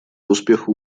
успеха